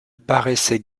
paraissaient